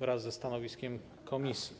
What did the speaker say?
wraz ze stanowiskiem komisji.